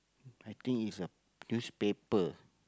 I think it's a newspaper